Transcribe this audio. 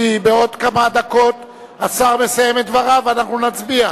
כי בעוד כמה דקות השר מסיים את דבריו ואנחנו נצביע.